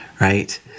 Right